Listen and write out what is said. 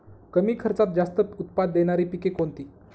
कमी खर्चात जास्त उत्पाद देणारी पिके कोणती?